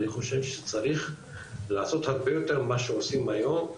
אני חושב שצריך לעשות הרבה יותר מה שעושים היום,